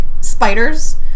spiders